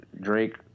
Drake